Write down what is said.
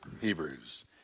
Hebrews